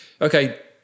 Okay